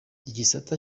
igisata